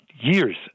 years